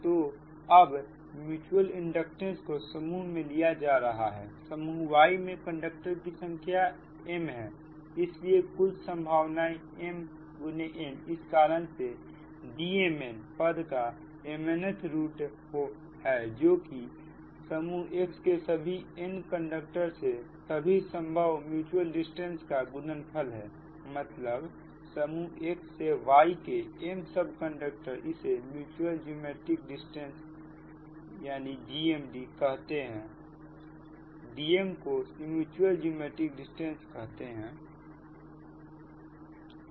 तो जब mutual inductance को समूह में लिया जा रहा है समूह Y मे कंडक्टर की संख्या m है इसलिए कुल संभव संभावनाएं m गुने n इसी कारण से Dm mn पद का mn th रूट है जो कि समूह X के सभी n कंडक्टरो से सभी संभव म्यूच्यूअल डिस्टेंस का गुणनफल है मतलब समूह X से Y के m सब कंडक्टर इसे म्यूच्यूअल ज्योमैट्रिक डिस्टेंस कहते हैंDm को म्यूच्यूअल ज्योमैट्रिक डिस्टेंस कहते हैं